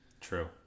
true